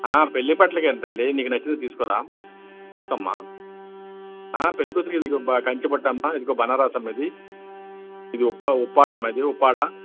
ఆ పెళ్లి బట్టలకి ఏం తల్లి నీకు నచ్చింది తీసుకోరా తీసుకో అమ్మా ఆ పెళ్లి కూతురికి ఇదిగో కంచి పట్టు అమ్మా ఇదిగో బనారస్ అమ్మా ఇది ఇది ఉప్ప ఉప్పాడ అమ్మా ఇది ఉప్పాడ